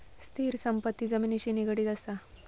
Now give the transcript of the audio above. स्थिर संपत्ती जमिनिशी निगडीत असा